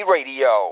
Radio